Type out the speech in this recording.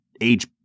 age